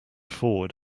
forward